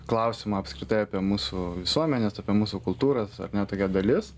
klausimo apskritai apie mūsų visuomenes apie mūsų kultūras ar ne tokia dalis